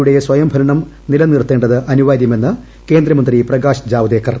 പ്രസാർഭാരതിയുടെ സ്വയംഭരണം നിലനിർത്തേ ത് അനിവാര്യമെന്ന് കേന്ദ്രമന്ത്രി പ്രകാശ് ജാവ്ദേക്കർ